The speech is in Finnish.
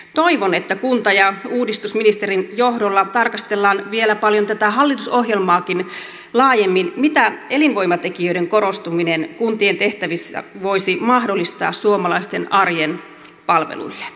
toivon että kunta ja uudistusministerin johdolla tarkastellaan vielä paljon tätä hallitusohjelmaakin laajemmin mitä elinvoimatekijöiden korostuminen kuntien tehtävissä voisi mahdollistaa suomalaisten arjen palveluille